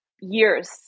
years